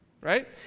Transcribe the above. right